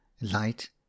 light